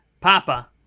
Papa